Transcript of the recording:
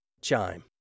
Chime